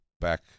back